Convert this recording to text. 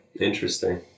Interesting